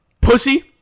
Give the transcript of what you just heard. pussy